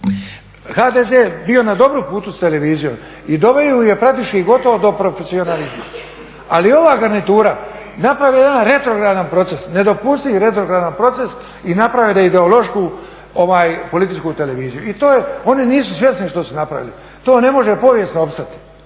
HDZ je bio na dobrom putu s televizijom i doveo ju je praktički gotovo do profesionalizma. Ali ova garnitura napravila je jedan retrogradan proces, nedopustiv retrogradan proces i napravila je ideološku političku televiziju. Oni nisu svjesni što su napravili, to ne može povijesno opstati